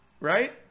right